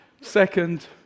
second